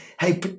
Hey